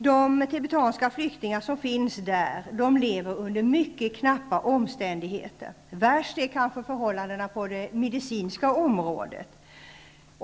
De tibetanska flyktingar som finns där lever under mycket knappa omständigheter. Värst är kanske förhållandena på det medicinska området.